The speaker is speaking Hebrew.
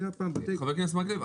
חבר הכנסת מקלב,